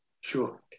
Sure